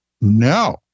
No